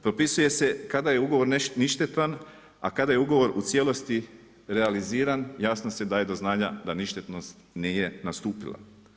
Propisuje se kada je ugovor ništetan, a kada je ugovor u cijelosti realiziran jasno se daje do znanja da ništetnost nije nastupila.